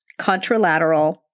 contralateral